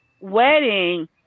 wedding